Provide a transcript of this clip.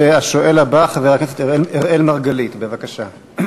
והשואל הבא, חבר הכנסת אראל מרגלית, בבקשה.